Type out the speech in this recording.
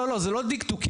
לא זה לא דקדוקים,